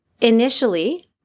Initially